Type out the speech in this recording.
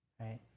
right